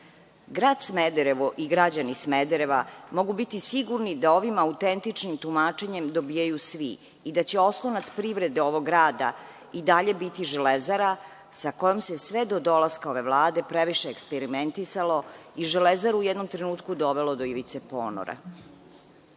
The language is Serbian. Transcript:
Smederevo i građani Smedereva mogu biti sigurni da ovim autentičnim tumačenjem dobijaju svi i da će oslonac privrede ovog grada i dalje biti „Železara“ sa kojom se sve do dolaska ove Vlade previše eksperimentisalo i „Železaru“ u jednom trenutku dovelo do ivice ponora. Moje